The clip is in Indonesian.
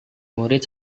murid